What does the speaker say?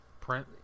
print